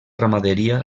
ramaderia